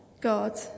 God